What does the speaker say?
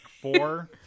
Four